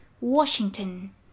Washington